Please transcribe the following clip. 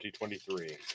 2023